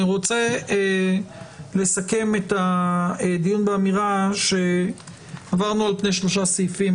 אני רוצה לסכם את הדיון באמירה שעברנו על פני שלושה סעיפים.